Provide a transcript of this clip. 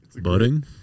Budding